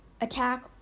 attack